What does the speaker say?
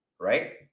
right